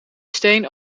steen